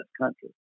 country